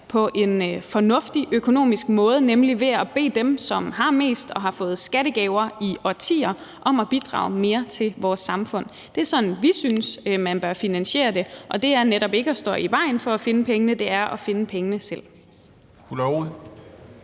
på en fornuftig økonomisk måde, nemlig ved at bede dem, som har mest, og som har fået skattegaver i årtier, om at bidrage mere til vores samfund. Det er sådan, vi synes man bør finansiere det, og det er netop ikke at stå i vejen for at finde pengene – det er at finde pengene selv.